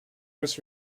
was